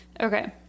Okay